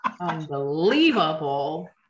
Unbelievable